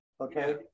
Okay